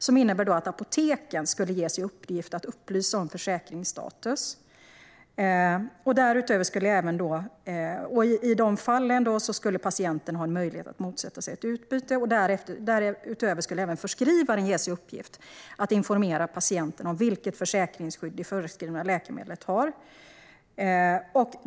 Det innebär att apoteken skulle ges i uppgift att upplysa om försäkringsstatus och att patienten skulle ha möjlighet att motsätta sig ett utbyte. Därutöver skulle även förskrivaren ges i uppgift att informera patienten om vilket försäkringsskydd det förskrivna läkemedlet har.